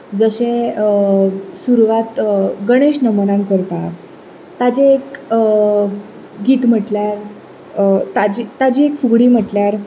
जशें सुरवात गणेश नमनान करतात ताचें एक गीत म्हणल्यार ताची एक फुगडी म्हणटल्यार